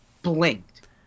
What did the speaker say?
blinked